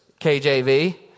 KJV